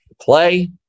Play